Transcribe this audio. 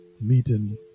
meeting